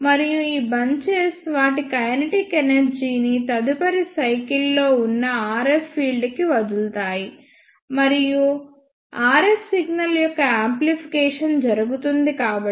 మరియు ఈ బంచెస్ వాటి కైనెటిక్ ఎనర్జీ ని తదుపరి సైకిల్ లో ఉన్న RF ఫీల్డ్ కి వదులుతాయి మరియు RF సిగ్నల్ యొక్క యాంప్లిఫికేషన్ జరుగుతుంది కాబట్టి